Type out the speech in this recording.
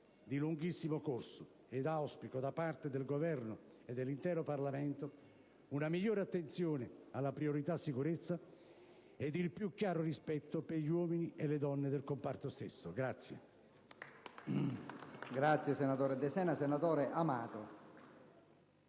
di lunghissimo corso, ed auspico, da parte del Governo e dell'intero Parlamento, una migliore attenzione alla priorità sicurezza ed il più chiaro rispetto per gli uomini e le donne del comparto stesso.